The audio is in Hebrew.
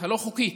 הלא-חוקית,